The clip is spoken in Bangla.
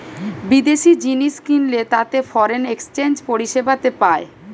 বিদেশি জিনিস কিনলে তাতে ফরেন এক্সচেঞ্জ পরিষেবাতে পায়